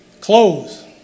clothes